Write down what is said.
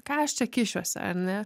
ką aš čia kišiuosi ar ne